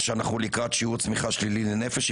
שאנחנו לקראת שיעור צמיחה שלילי לנפש.